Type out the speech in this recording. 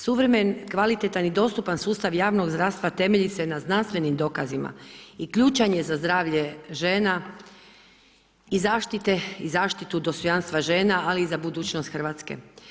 Suvremen, kvalitetan i dostupan sustav javnog zdravstva temelji se na znanstvenim dokazima i ključan je za zdravlje žena i zaštite i zaštitu dostojanstva žena ali i za budućnost Hrvatske.